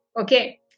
Okay